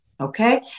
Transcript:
Okay